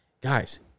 guys